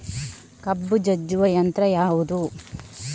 ಕಬ್ಬು ಜಜ್ಜುವ ಯಂತ್ರ ಯಾವುದು?